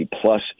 plus